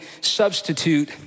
substitute